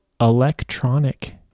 Electronic